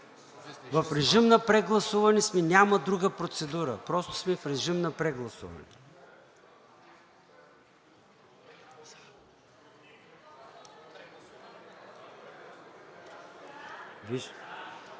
В режим на гласуване сме. Няма друга процедура. Просто сме в режим на прегласуване.